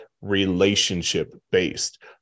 relationship-based